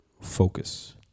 focus